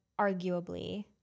arguably